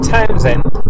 Townsend